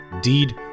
deed